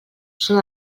són